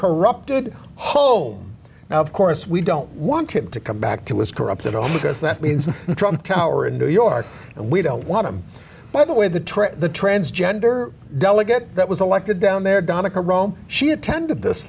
corrupted home now of course we don't want him to come back to his corrupted old because that means the trump tower in new york and we don't want him by the way the trip the transgender delegate that was elected down there donica rome she attended this